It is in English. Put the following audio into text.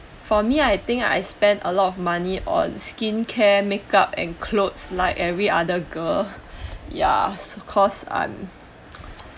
for me I think I spent a lot of money on skincare makeup and clothes like every other girl ya of course I'm